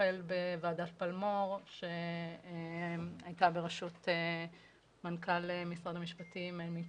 החל בוועדת פלמור שהייתה בראשות מנכ"לית משרד המשפטים אמי פלמור,